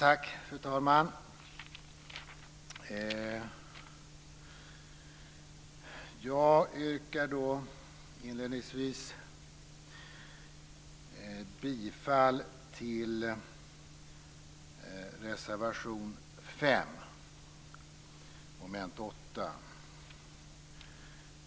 Fru talman! Jag yrkar inledningsvis bifall till reservation 5 under moment 8.